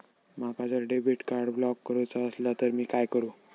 माका जर debit card block करूचा असला तर मी काय करू?